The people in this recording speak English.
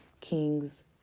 king's